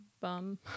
bum